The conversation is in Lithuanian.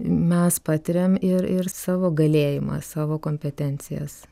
mes patiriam ir ir savo galėjimą savo kompetencijas